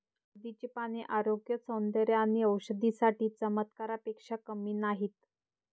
हळदीची पाने आरोग्य, सौंदर्य आणि औषधी साठी चमत्कारापेक्षा कमी नाहीत